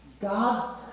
God